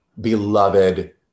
beloved